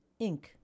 Inc